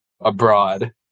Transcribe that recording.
abroad